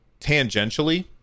tangentially